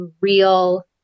real